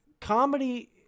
comedy